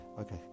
Okay